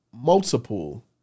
multiple